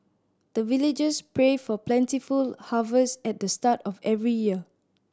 the villagers pray for plentiful harvest at the start of every year